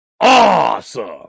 awesome